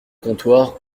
comptoir